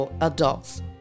adults